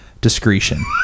Discretion